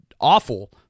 awful